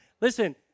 listen